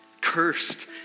cursed